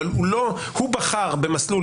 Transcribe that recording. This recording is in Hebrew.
אבל הוא בחר במסלול.